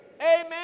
Amen